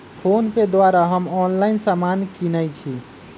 PhonePe द्वारा हम online समान किनइ छी